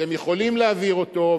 אתם יכולים להעביר אותו,